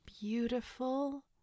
beautiful